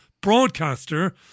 broadcaster